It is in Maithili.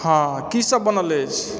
हँ की सब बनल अछि